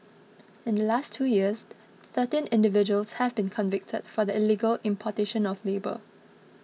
in the last two years thirteen individuals have been convicted for the illegal importation of labour